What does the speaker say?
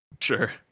sure